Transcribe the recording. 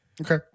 Okay